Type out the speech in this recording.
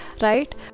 Right